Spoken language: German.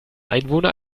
einwohner